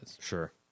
Sure